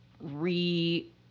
re